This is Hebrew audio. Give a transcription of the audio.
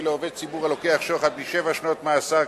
לעובד ציבור הלוקח שוחד משבע שנות מאסר,